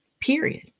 Period